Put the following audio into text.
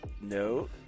No